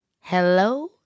Hello